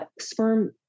sperm